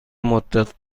مدت